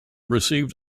received